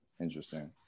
interesting